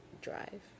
drive